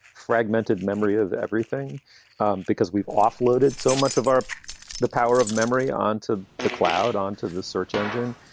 fragmented memory of everything because we've offloaded so much of our the power of memory onto the cloud, onto the search engine.